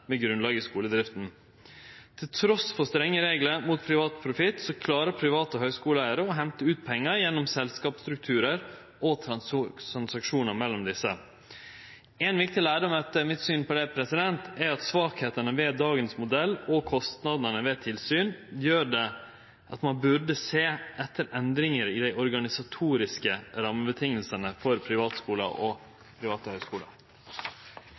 med grunnlag i skuledrifta. Trass i strenge reglar mot privat profitt klarer private høgskuleeigarar å hente ut pengar gjennom selskapsstrukturar og transaksjonar mellom desse. Ein viktig lærdom av det er etter mitt syn at svakheitene ved dagens modell og kostnadene ved tilsyn gjer at ein burde sjå på endringar i dei organisatoriske rammevilkåra for privatskular og private